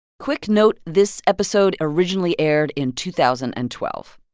quick note this episode originally aired in two thousand and twelve